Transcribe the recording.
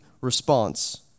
response